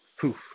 poof